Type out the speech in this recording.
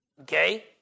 Okay